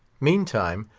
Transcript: meantime,